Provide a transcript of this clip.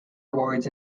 awards